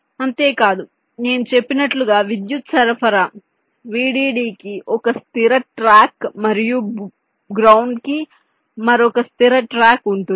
అంతే కాదు నేను చెప్పినట్లుగా విద్యుత్ సరఫరా VDD కి ఒక స్థిర ట్రాక్ మరియు భూమికి మరొక స్థిర ట్రాక్ ఉంటుంది